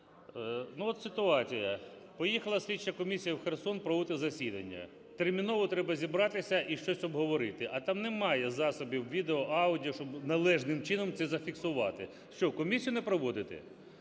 Ну, от ситуація. Поїхала слідча комісія в Херсон проводити засідання. Терміново треба зібратися і щось обговорити. А там немає засобів відео, аудіо, щоб належним чином це зафіксувати. Що, комісію не проводити?